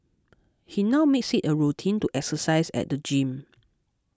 he now makes it a routine to exercise at the gym